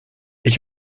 ich